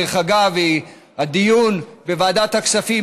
דרך אגב, בדיון בוועדת הכספים,